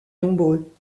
nombreux